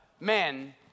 men